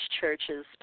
churches